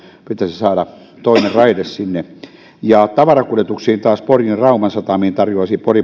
saada toinen raide tavarakuljetuksiin taas porin ja rauman satamiin tarjoaisi pori